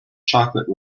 chocolate